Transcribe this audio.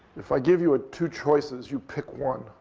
if i give you ah two choices, you pick one.